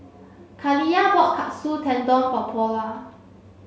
Kaliyah bought Katsu Tendon for Paula